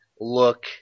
look